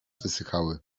wysychały